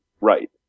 right